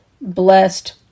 Blessed